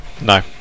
no